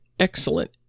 excellent